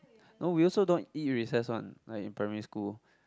no we also don't want eat in recess one like primary school